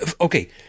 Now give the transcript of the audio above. Okay